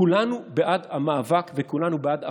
כולנו בעד המאבק וכולנו בעד אכיפה,